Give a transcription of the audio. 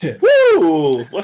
Woo